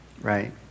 Right